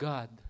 God